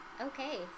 Okay